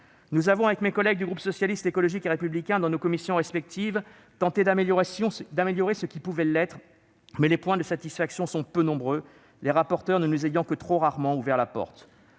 Nous avons, avec mes collègues du groupe Socialiste, Écologiste et Républicain, dans nos commissions respectives, tenté d'améliorer ce qui pouvait l'être. Mais les points de satisfaction sont peu nombreux, les rapporteurs ne nous ayant que trop rarement ouvert la porte.